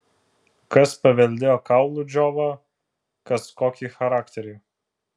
kas paveldėjo kaulų džiovą kas kokį charakterį